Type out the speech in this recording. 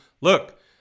look